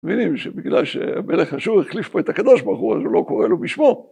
‫מבינים שבגלל שמלך אשור ‫החליף פה את הקדוש ברוך הוא, ‫אז הוא לא קורא לו בשמו.